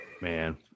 man